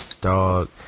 dog